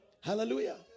hallelujah